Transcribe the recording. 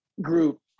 group